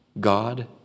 God